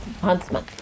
huntsman